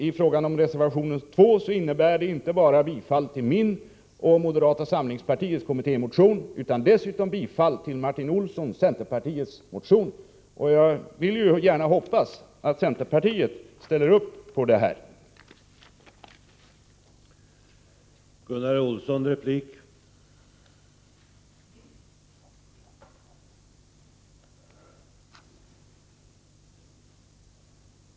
I fråga om reservation 2 innebär yrkandet inte bara ett bifall till min och moderata samlingspartiets kommittémotion utan också bifall till motionen från Martin Olsson, centerpartiet. Jag vill gärna hoppas att centerpartiet ställer upp på det yrkandet.